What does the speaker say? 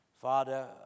Father